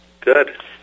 Good